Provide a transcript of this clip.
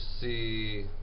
see